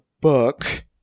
book